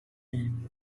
and